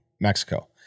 Mexico